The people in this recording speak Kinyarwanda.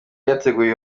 yateguye